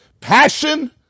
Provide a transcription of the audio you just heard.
passion